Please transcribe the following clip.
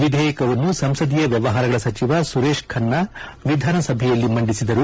ವಿಧೇಯಕವನ್ನು ಸಂಸದೀಯ ವ್ನವಹಾರಗಳ ಸಚಿವ ಸುರೇಶ್ ಖನ್ನಾ ವಿಧಾನಸಭೆಯಲ್ಲಿ ಮಂಡಿಸಿದರು